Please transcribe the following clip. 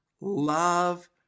love